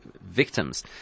victims